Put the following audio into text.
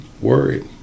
worried